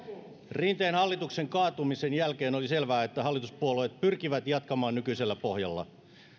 rinteen hallituksen kaatumisen jälkeen oli selvää että hallituspuolueet pyrkivät jatkamaan nykyisellä pohjalla